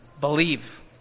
believe